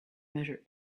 measure